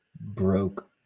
broke